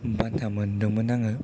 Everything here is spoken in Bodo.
बान्था मोनदोंमोन आङो